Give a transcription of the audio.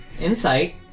insight